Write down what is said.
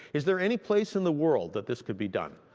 is there any place in the world that this could be done?